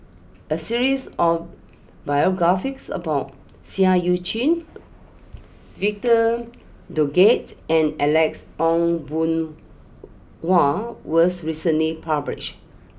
a series of about Seah Eu Chin Victor Doggett and Alex Ong Boon Hau was recently published